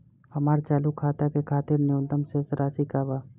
हमार चालू खाता के खातिर न्यूनतम शेष राशि का बा?